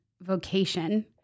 vocation